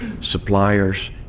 suppliers